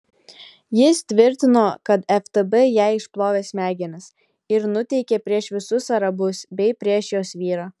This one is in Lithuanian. jis tvirtino kad ftb jai išplovė smegenis ir nuteikė prieš visus arabus bei prieš jos vyrą